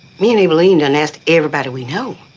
me and aibileen done asked everybody we know.